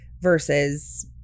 versus